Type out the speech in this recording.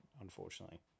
unfortunately